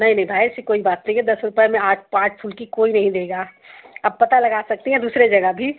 नहीं नहीं भाई ऐसी कोई बात नहीं है दस रुपये में आठ पाँच फुल्की कोई नहीं देगा आप पता लगा सकती है दूसरे जगह भी